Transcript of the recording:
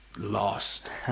lost